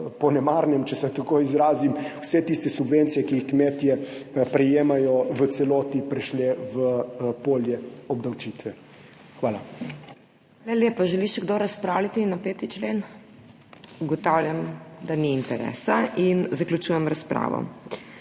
po nemarnem, če se tako izrazim, vse tiste subvencije, ki jih kmetje prejemajo, v celoti prešle v polje obdavčitve. Hvala. PODPREDSEDNICA MAG. MEIRA HOT: Hvala lepa. Želi še kdo razpravljati na 5. člen? Ugotavljam, da ni interesa, in zaključujem razpravo.